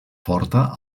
forta